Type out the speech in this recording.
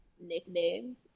nicknames